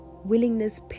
Willingness